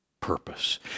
purpose